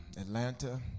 Atlanta